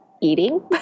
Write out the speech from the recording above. eating